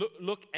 look